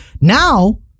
now